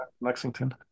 Lexington